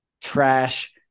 trash